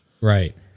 right